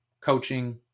coaching